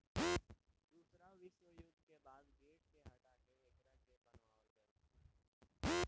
दूसरा विश्व युद्ध के बाद गेट के हटा के एकरा के बनावल गईल